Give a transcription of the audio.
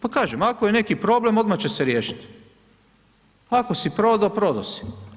Pa kažem, ako je neki problem, odmah će se riješiti, ako si prodao, prodao si.